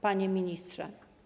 Panie Ministrze!